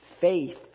Faith